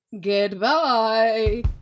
Goodbye